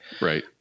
Right